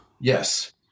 Yes